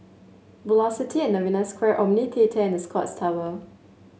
Velocity At Novena Square Omni Theatre and The Scotts Tower